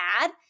add